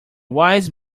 wise